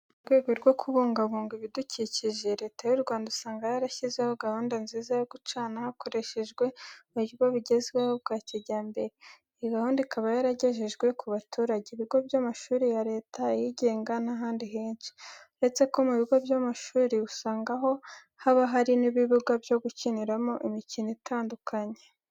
Mu rwego rwo kubungabunga ibidukikije, Leta y'u Rwanda usanga yarashyizeho gahunda nziza yo gucana hakoreshejwe uburyo bugezweho bwa kijyambere. Iyi gahunda ikaba yaragejejwe ku baturage, ibigo by'amashuri ya Leta, ayigenga n'ahandi henshi . Uretse ko mu bigo by'amashuri usanga ho haba hari n'ibibuga byo gukiniramo imikino itandukanye.